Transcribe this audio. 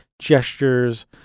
gestures